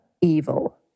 evil